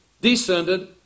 descended